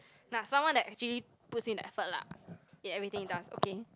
nah someone that actually puts in the effort lah in everything he does okay